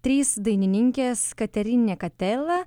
trys dainininkės katerininė katela